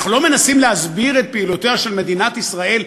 אנחנו לא מנסים להסביר את פעילויותיה של מדינת ישראל?